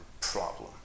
problem